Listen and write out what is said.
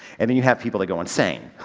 i mean you have people that go insane,